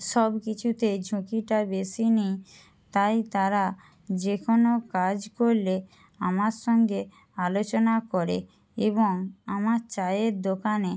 সব কিছুতে ঝুঁকিটা বেশি নিই তাই তারা যে কোনো কাজ করলে আমার সঙ্গে আলোচনা করে এবং আমার চায়ের দোকানে